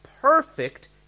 perfect